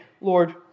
Lord